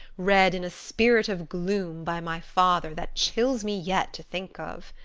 read in a spirit of gloom by my father that chills me yet to think of.